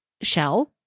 shell